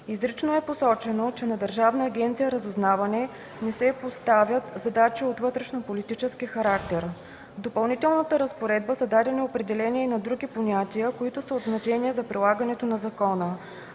Изрично е посочено, че на Държавна агенция „Разузнаване” не се поставят задачи от вътрешнополитически характер. В допълнителната разпоредба са дадени определения и на други понятия, които са от значение за прилагането на закона.